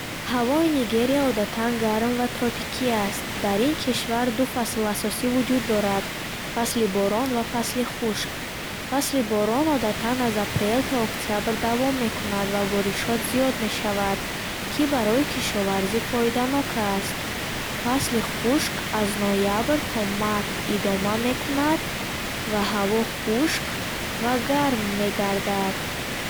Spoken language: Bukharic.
Ҳавои Нигерия одатан гарм ва тропикӣ аст. Дар ин кишвар ду фасл асосӣ вуҷуд дорад: фасли борон ва фасли хушк. Фасли борон одатан аз апрел то октябр давом мекунад ва боришот зиёд мешавад, ки барои кишоварзӣ фоиданок аст. Фасли хушк аз ноябр то март идома мекунад ва ҳаво хушк ва гарм мегардад.